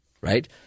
right